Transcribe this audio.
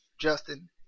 Justin